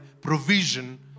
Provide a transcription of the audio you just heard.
provision